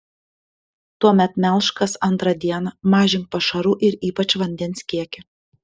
tuomet melžk kas antrą dieną mažink pašarų ir ypač vandens kiekį